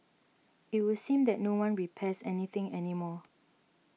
it would seem that no one repairs any thing any more